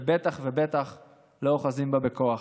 ובטח ובטח לא אוחזים בה בכוח.